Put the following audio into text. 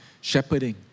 shepherding